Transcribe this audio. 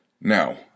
Now